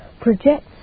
projects